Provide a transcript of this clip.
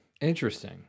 Interesting